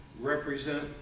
represent